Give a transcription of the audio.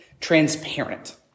transparent